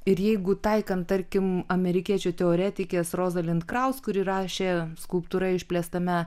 ir jeigu taikant tarkim amerikiečių teoretikės roza likraus kuri rašė skulptūra išplėstame